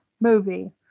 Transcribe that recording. movie